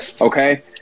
okay